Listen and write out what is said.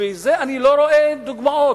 אני לא רואה דוגמאות.